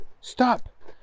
stop